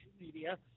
media